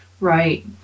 Right